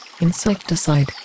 insecticide